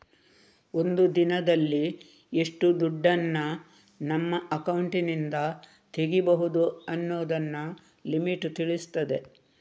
ಒಂದು ದಿನದಲ್ಲಿ ಎಷ್ಟು ದುಡ್ಡನ್ನ ನಮ್ಮ ಅಕೌಂಟಿನಿಂದ ತೆಗೀಬಹುದು ಅನ್ನುದನ್ನ ಲಿಮಿಟ್ ತಿಳಿಸ್ತದೆ